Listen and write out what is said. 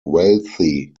wealthy